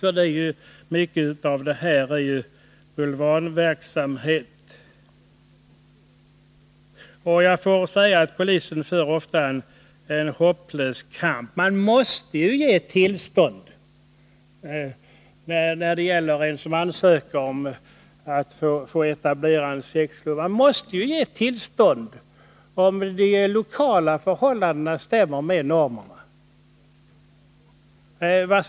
Mycket av det som förekommer här är bulvanverksamhet. Jag måste säga att polisen ofta för en hopplös kamp. Man måste ju ge tillstånd till den som ansöker om att få etablera en sexklubb, om de lokala förhållandena stämmer överens med normerna.